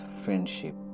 friendship